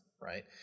right